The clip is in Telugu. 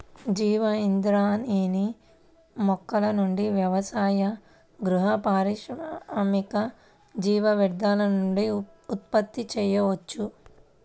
జీవ ఇంధనాన్ని మొక్కల నుండి వ్యవసాయ, గృహ, పారిశ్రామిక జీవ వ్యర్థాల నుండి ఉత్పత్తి చేయవచ్చు